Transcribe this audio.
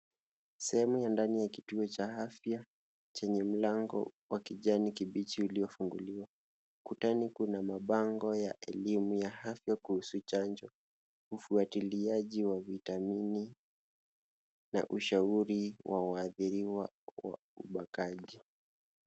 Sehemu ya ndani ya kituo cha afya chenye mlango wa kijani kibichi uliofunguliwa. Ukutani kuna mabango ya elimu ya afya kuhusu chanjo, ufuatiliaji wa vitamini na ushauri wa waathiriwa wa ubakaji.